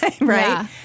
right